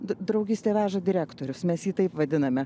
draugystė veža direktorius mes jį taip vadiname